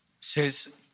says